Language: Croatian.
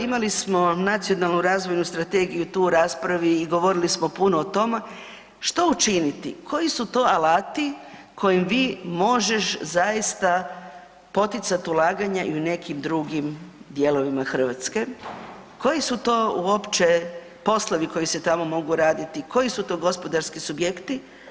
Imali smo nacionalnu razvojnu strategiju tu u raspravi i govorili smo puno o tome što učiniti koji su to alati kojim vi možeš zaista poticati ulaganja i u nekim drugim dijelovima Hrvatske, koji su to uopće poslovi koji se tamo mogu raditi, koji su to gospodarski subjekti?